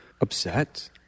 upset